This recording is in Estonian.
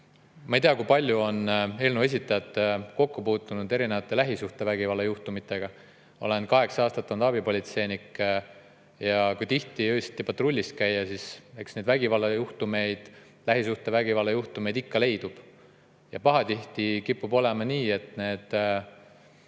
Ma ei tea, kui palju on eelnõu esitajad kokku puutunud erinevate lähisuhtevägivalla juhtumitega. Ma olen kaheksa aastat olnud abipolitseinik. Kui tihti öösiti patrullis käia, siis eks neid lähisuhtevägivalla juhtumeid ikka leidub. Pahatihti kipub olema nii, et